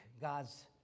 God's